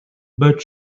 but